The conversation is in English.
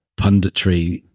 punditry